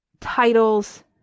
Titles